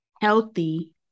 healthy